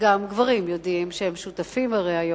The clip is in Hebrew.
וגם גברים יודעים, שהרי הם שותפים היום,